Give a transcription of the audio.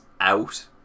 out